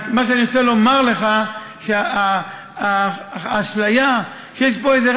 מה שאני רוצה לומר לך זה שהאשליה שיש פה איזה,